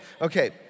Okay